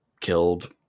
killed